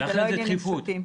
אלה לא עניינים פשוטים.